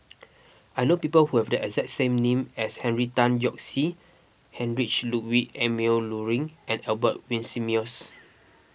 I know people who have the exact name as Henry Tan Yoke See Heinrich Ludwig Emil Luering and Albert Winsemius